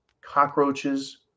cockroaches